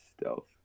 stealth